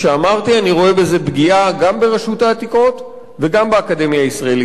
אני רואה בזה פגיעה גם ברשות העתיקות וגם באקדמיה הישראלית למדעים.